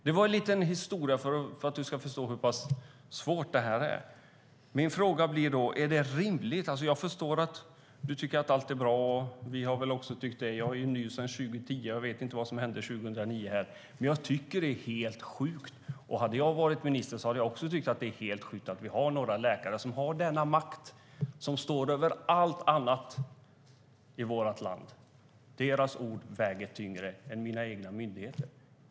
Det säger jag för att socialministern ska förstå hur svårt det här är. Jag förstår att socialministern tycker att allt är bra, och vi har väl också tyckt det. Jag är ny i riksdagen sedan 2010 och vet inte vad som hände 2009. Men det är helt sjukt, och hade jag varit minister skulle jag också ha tyckt att det är helt sjukt att vi har några läkare som har en sådan makt, som står över allt annat i vårt land. Deras ord väger tyngre än de egna myndigheternas.